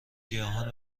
گیاهان